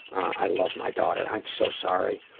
i love my daughter. i'm so sorry.